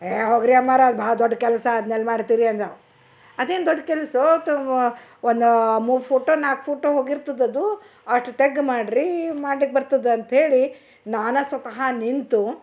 ಏ ಹೋಗ್ರಿ ಅಮ್ಮರ ಅದು ಭಾಳ ದೊಡ್ಡ ಕೆಲಸ ಅದ್ನೆಲ್ಲಿ ಮಾಡ್ತೀರಿ ಅಂದವ ಅದೇನು ದೊಡ್ಡ ಕೆಲ್ಸೋ ತೋ ಒಂದು ಮೂರು ಫೋಟೋ ನಾಲ್ಕು ಫೋಟೋ ಹೋಗಿರ್ತದೆ ಅದು ಅಷ್ಟು ತಗ್ಗ ಮಾಡ್ರಿ ಮಾಡ್ಲಿಕ್ಕೆ ಬರ್ತದ ಅಂತೇಳಿ ನಾನ ಸ್ವತಃ ನಿಂತು